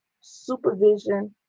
supervision